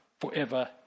forever